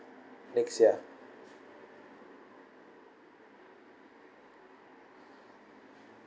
next year